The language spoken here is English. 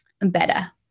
better